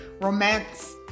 romance